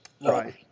Right